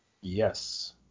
yes